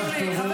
עכשיו תורו.